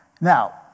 Now